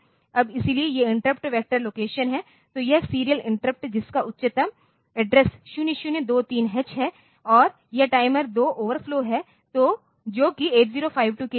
अब इसलिए ये इंटरप्ट वेक्टर लोकेशन हैं तो यह सीरियल इंटरप्ट जिसका उच्चतम एड्रेस 0023h है और यह टाइमर 2 ओवरफ्लो है जो कि 8052 के लिए है